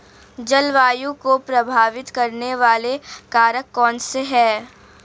जलवायु को प्रभावित करने वाले कारक कौनसे हैं?